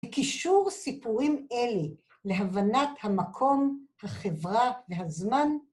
וקישור סיפורים אלה להבנת המקום, החברה והזמן